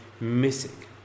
missing